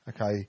Okay